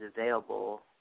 available